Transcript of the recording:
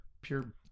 pure